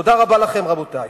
תודה רבה לכם, רבותי.